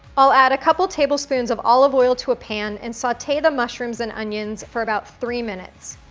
i'll add a couple tablespoons of olive oil to a pan and saute the mushrooms and onions for about three minutes.